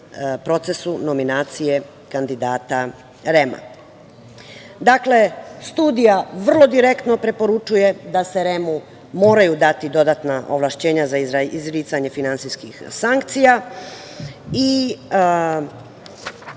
procesu nominacije kandidata REM-a. Dakle, studija vrlo direktno preporučuje da se REM-u moraju dati dodatna ovlašćenja za izricanje finansijskih sankcija i